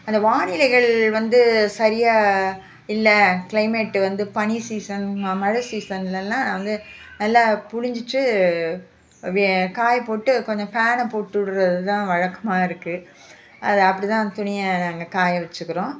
அந்த வானிலைகள் வந்து சரியாக இல்லை கிளைமேட்டு வந்து பனி சீசன் ம மழை சீசனில் எல்லாம் நான் வந்து நல்லா புழிஞ்சிட்டு வே காய போட்டு கொஞ்சம் ஃபேனை போட்டு விட்றது தான் வழக்கமாக இருக்கு அது அப்படி தான் துணிய நாங்கள் காய வச்சிக்கிறோம்